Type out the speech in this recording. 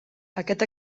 aquest